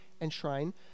enshrine